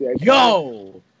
Yo